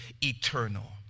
eternal